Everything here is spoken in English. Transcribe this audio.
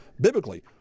biblically